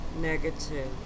negative